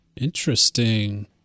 Interesting